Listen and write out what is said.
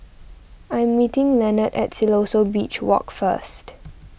I am meeting Lenard at Siloso Beach Walk first